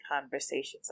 conversations